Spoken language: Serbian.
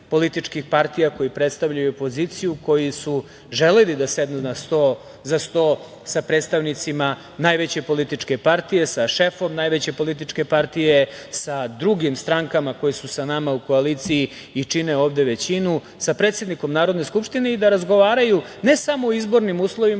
političkih partija koji predstavljaju opoziciju, koji su želeli da sednu za sto sa predstavnicima najveće političke partije, sa šefom najveće političke partije, sa drugim strankama koje su sa nama u koaliciji i čine ovde većinu, sa predsednikom Narodne skupštine i da razgovaraju ne samo o izbornim uslovima,